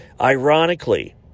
Ironically